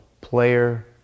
player